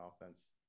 offense